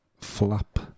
flap